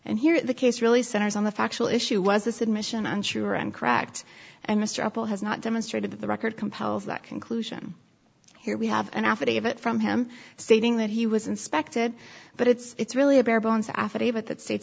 and here the case really centers on the factual issue was the submission i'm sure and cracked and mr apple has not demonstrated that the record compels that conclusion here we have an affidavit from him stating that he was inspected but it's really a bare bones affidavit that s